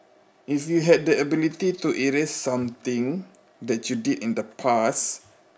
if you had the ability to erase something that you did in the past